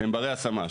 והם ברי השמה.